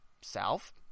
South